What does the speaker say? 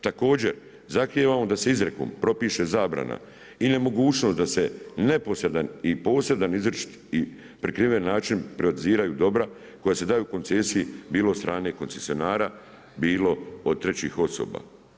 Također, zahtijevamo da se izrekom propiše zabrana i nemogućnost da se neposredan i posredan izričit i prikriven način, privatiziraju dobra koja se daju koncesiji bilo od strane koncesionara bilo od trećih osoba.